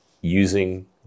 using